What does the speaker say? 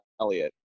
Elliot